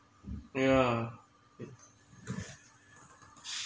yeah